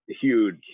huge